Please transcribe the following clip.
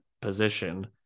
position